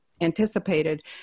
anticipated